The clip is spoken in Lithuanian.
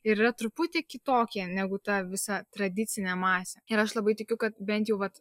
ir yra truputį kitokie negu ta visa tradicinė masė ir aš labai tikiu kad bent jau vat